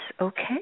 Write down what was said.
okay